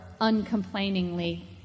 uncomplainingly